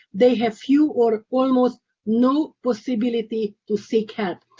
they have few or almost no possibility to seek help.